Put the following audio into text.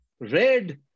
red